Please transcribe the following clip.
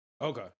Okay